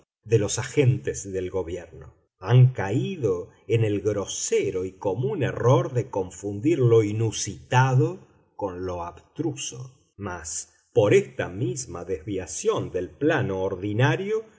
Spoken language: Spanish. de los agentes del gobierno han caído en el grosero y común error de confundir lo inusitado con lo abstruso mas por esta misma desviación del plano ordinario